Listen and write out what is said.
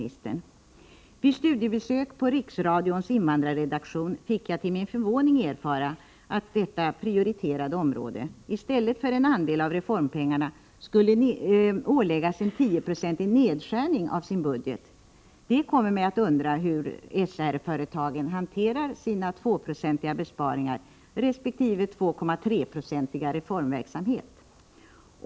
Vid ett studiebesök på Riksradions invandrarredaktion fick jag till min förvåning erfara att detta prioriterade område i stället för att få en andel av reformpengarna skulle åläggas en 10-procentig nedskärning av sin budget. Det får mig att undra hur SR-företagen hanterar sina 2-procentiga besparingar resp. sin 2,3-procentiga reformverksamhet.